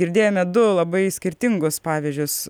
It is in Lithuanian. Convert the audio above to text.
girdėjome du labai skirtingus pavyzdžius